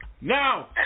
now